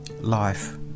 life